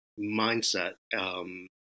mindset